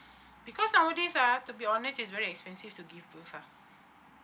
because nowadays ah to be honest is very expensive to give birth ah